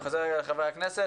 אני חוזר לחברי הכנסת,